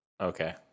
Okay